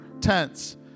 tents